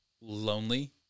lonely